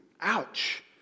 Ouch